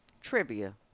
Trivia